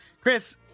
Chris